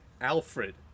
Alfred